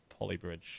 Polybridge